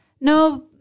No